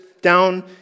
down